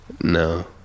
No